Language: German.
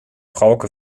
frauke